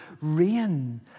rain